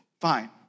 fine